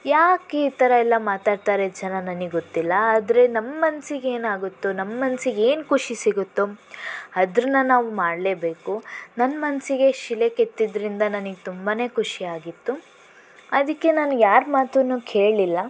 ಯಾಕೆ ಈ ಥರ ಎಲ್ಲ ಮಾತಾಡ್ತಾರೆ ಜನ ನನಗೆ ಗೊತ್ತಿಲ್ಲ ಆದರೆ ನಮ್ಮ ಮನಸಿಗೆ ಏನಾಗುತ್ತೋ ನಮ್ಮ ಮನಸಿಗೆ ಏನು ಖುಷಿ ಸಿಗುತ್ತೋ ಅದನ್ನು ನಾವು ಮಾಡ್ಲೇಬೇಕು ನನ್ನ ಮನಸಿಗೆ ಶಿಲೆ ಕೆತ್ತೋದ್ರಿಂದ ನನಗೆ ತುಂಬನೇ ಖುಷಿಯಾಗಿತ್ತು ಅದಕ್ಕೆ ನಾನು ಯಾರ ಮಾತನ್ನೂ ಕೇಳಲಿಲ್ಲ